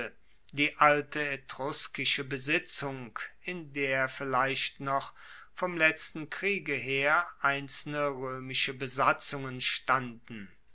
die alte etruskische besitzung in der vielleicht noch vom letzten kriege her einzelne roemische besatzungen standen